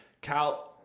Cal